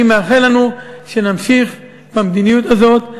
אני מאחל לנו שנמשיך במדיניות הזאת.